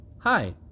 Hi